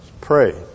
pray